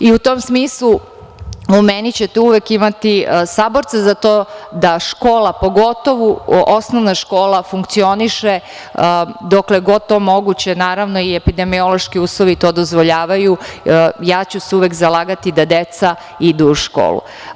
U tom smislu, u meni ćete uvek imati saborca za to da škola, pogotovo, osnovna škola, funkcioniše dokle god je to moguće, naravno i epidemiološki uslovi to dozvoljavaju, uvek ću se zalagati da deca idu u školu.